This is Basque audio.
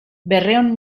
berrehun